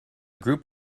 group